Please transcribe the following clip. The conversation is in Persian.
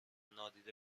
نادیده